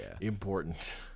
Important